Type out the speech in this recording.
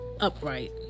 upright